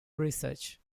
research